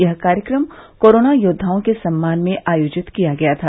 यह कार्यक्रम कोरोना योद्वाओं के सम्मान में आयोजित किया गया था